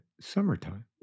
summertime